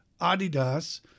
Adidas